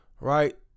Right